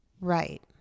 Right